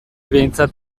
behintzat